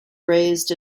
raised